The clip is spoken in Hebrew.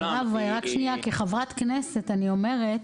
כחברת כנסת אני אומרת